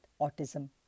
autism